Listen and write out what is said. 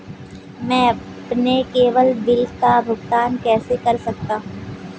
मैं अपने केवल बिल का भुगतान कैसे कर सकता हूँ?